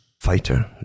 fighter